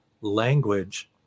language